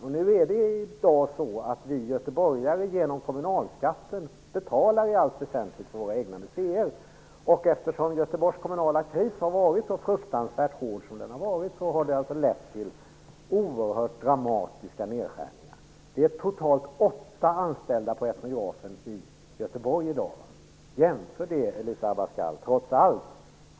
I dag är det så att vi göteborgare genom kommunalskatten i allt väsentligt betalar våra egna museer. Eftersom Göteborgs kommunala kris har varit så fruktanvärt hård har det gjorts oerhört dramatiska nedskärningar. På Etnografiska museet i Göteborg finns det i dag totalt åtta anställda. Jämför det trots allt, Elisa Abascal Reyes, med Folkens museum!